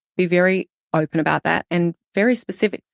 be very open about that and very specific.